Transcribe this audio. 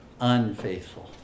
unfaithful